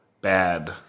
bad